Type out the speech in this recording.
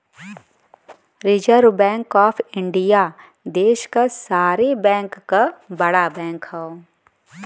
reserve Bank of India देश क सारे बैंक क बड़ा बैंक हौ